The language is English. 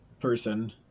person